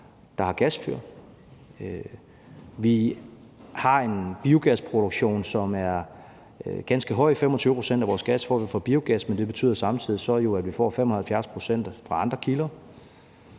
der har gasfyr. Vi har en biogasproduktion, som er ganske høj. 25 pct. af vores gas får vi fra biogas, men det betyder jo så samtidig, at vi får 75 pct. fra andre kilder.